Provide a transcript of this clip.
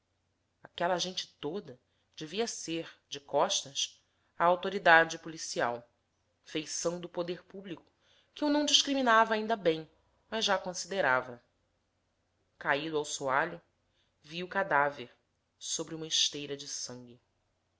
aquela gente toda devia ser de costas a autoridade policial feição do poder público que eu não discriminava ainda bem mas já considerava caído ao soalho vi o cadáver sobre uma esteira de sangue